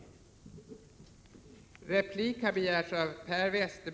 Statliga företag